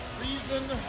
reason